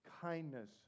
kindness